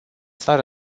țară